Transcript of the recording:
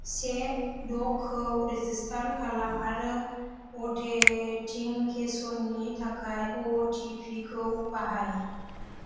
से द'खौ रेजिस्टार खालाम आरो अथेन्टिकेसननि थाखाय अ टि पि खौ बाहाय